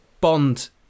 Bond